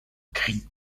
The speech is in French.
cri